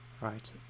right